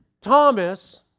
Thomas